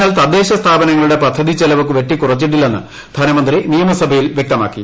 എന്നാൽ തദ്ദേശസ്ഥാപനങ്ങളുടെ പദ്ധതി ചെലവ് വെട്ടിക്കുറച്ചിട്ടില്ലെന്ന് ധനമന്ത്രി നിയമസഭയിൽ വ്യക്തമാക്കി